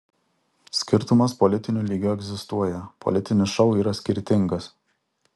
skirtumas politiniu lygiu egzistuoja politinis šou yra skirtingas